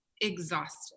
exhausted